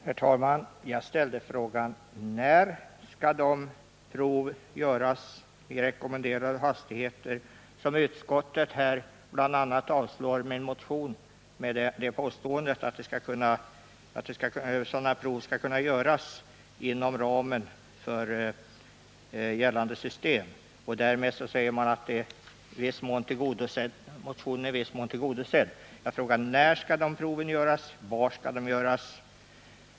Herr talman! Jag ställde frågan: När skall prov göras med rekommenderade hastigheter? Utskottet avstyrker ju min motion med bl.a. påståendet att sådana prov skall kunna göras inom ramen för gällande system. Därmed, säger man, är motionen i viss mån tillgodosedd. Jag frågar: När skall de proven göras, var skall de göras?